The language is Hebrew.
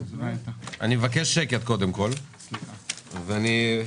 אני פותח את ישיבת הוועדה.